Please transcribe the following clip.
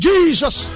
Jesus